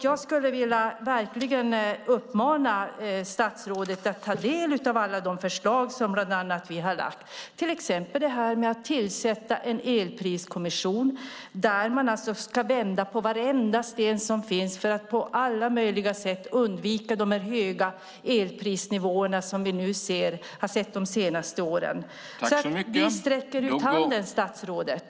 Jag vill verkligen uppmana statsrådet att ta del av alla de förslag som bland annat vi har lagt fram, till exempel att tillsätta en elpriskommission som ska vända på varenda sten för att på alla möjliga sätt undvika de höga elprisnivåerna som vi har sett de senaste åren. Vi sträcker ut handen, statsrådet.